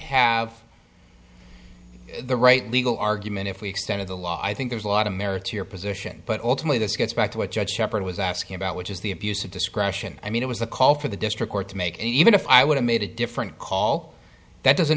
have the right legal argument if we extended the law i think there's a lot of merit to your position but ultimately this gets back to what judge sheppard was asking about which is the abuse of discretion i mean it was a call for the district court to make even if i would have made it different call that doesn't